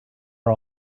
are